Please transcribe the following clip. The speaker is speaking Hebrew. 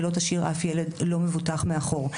ולא תשאיר אף ילד לא מבוטח מאחור.